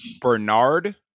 Bernard